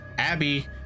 Abby